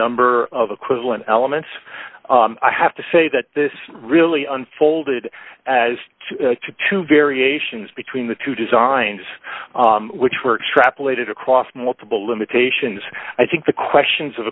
number of equivalent elements i have to say that this really unfolded as to variations between the two designs which were extrapolated across multiple limitations i think the questions